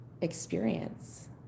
experience